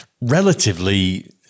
relatively